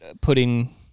putting